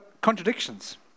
contradictions